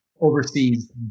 oversees